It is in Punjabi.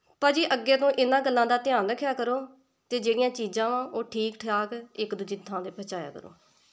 ਭਾਅ ਜੀ ਅੱਗੇ ਤੋਂ ਇਹਨਾਂ ਗੱਲਾਂ ਦਾ ਧਿਆਨ ਰੱਖਿਆ ਕਰੋ ਅਤੇ ਜਿਹੜੀਆਂ ਚੀਜ਼ਾਂ ਵਾ ਉਹ ਠੀਕ ਠਾਕ ਇੱਕ ਦੂਜੇ ਦੀ ਥਾਂ 'ਤੇ ਪਹੁੰਚਾਇਆ ਕਰੋ